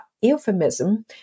Euphemism